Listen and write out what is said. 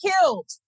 killed